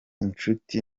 inshuti